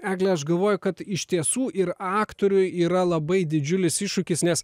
egle aš galvoju kad iš tiesų ir aktoriui yra labai didžiulis iššūkis nes